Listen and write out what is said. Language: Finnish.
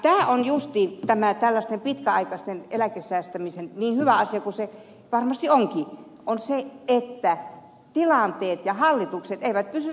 tämä on justiin ongelma tällaisessa pitkäaikaisessa eläkesäästämisessä niin hyvä asia kuin se varmasti onkin että tilanteet ja hallitukset eivät pysy samana